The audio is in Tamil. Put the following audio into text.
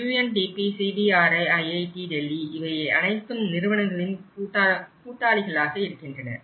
UNDP CBRI IIT டெல்லி இவை அனைத்தும் நிறுவனங்களின் கூட்டாளிகளாக இருக்கின்றன